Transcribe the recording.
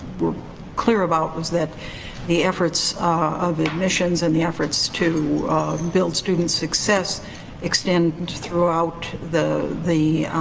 were clear about was that the efforts of admissions and the efforts to build student success extend and throughout the the